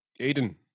Aiden